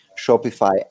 Shopify